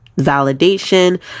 validation